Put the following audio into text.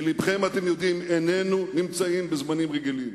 בלבכם אתם יודעים, איננו נמצאים בזמנים רגילים,